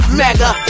mega